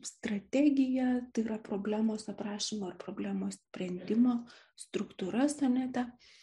strategija yra problemos aprašymo ir problemos sprendimo struktūra sonete